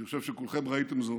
אני חושב שכולכם ראיתם זאת,